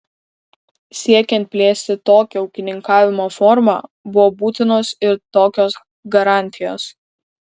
siekiant plėsti tokią ūkininkavimo formą buvo būtinos ir tokios garantijos